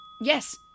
Yes